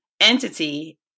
entity